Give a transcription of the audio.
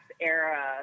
era